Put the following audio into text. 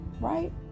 right